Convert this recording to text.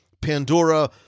Pandora